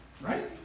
Right